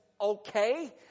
okay